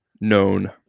known